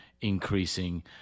increasing